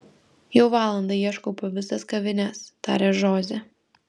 jau valandą ieškau po visas kavines tarė žozė